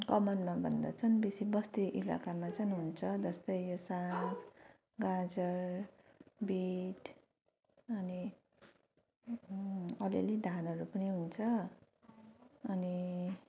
कमानमा भन्दा चाहिँ बेसी बस्ती इलाकामा चाहिँ हुन्छ जस्तै यो साग गाजर बिट अनि अलि अलि धानहरू पनि हुन्छ अनि